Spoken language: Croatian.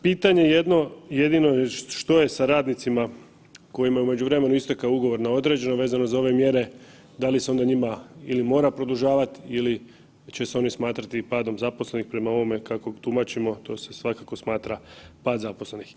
Pitanje jedno, jedino je što je sa radnicima kojima je u međuvremenu istekao ugovor na određeno vezano za ove mjere, da li se onda njima ili mora produžavat ili će se oni smatrati padom zaposlenih prema ovome kako tumačimo, to se svakako smatra pad zaposlenih?